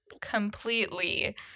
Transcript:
completely